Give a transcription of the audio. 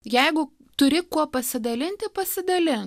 jeigu turi kuo pasidalinti pasidalink